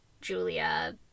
Julia